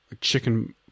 Chicken